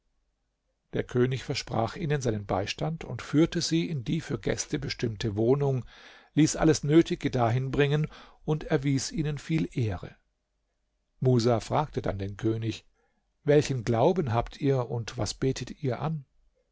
der könig versprach ihnen seinen beistand und führte sie in die für gäste bestimmte wohnung ließ alles nötige dahin bringen und erwies ihnen viel ehre musa fragte dann den könig welchen glauben habt ihr und was betet ihr an